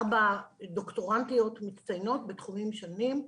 ארבע דוקטורנטיות מצטיינות בתחומים שונים,